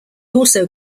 also